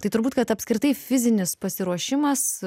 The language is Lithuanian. tai turbūt kad apskritai fizinis pasiruošimas